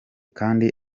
kandi